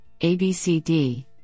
ABCD